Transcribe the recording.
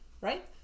right